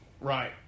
right